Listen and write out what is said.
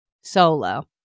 solo